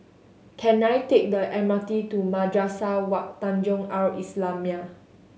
can I take the M R T to Madrasah Wak Tanjong Al Islamiah